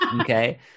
okay